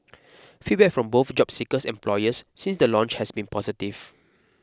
feedback from both job seekers and employers since the launch has been positive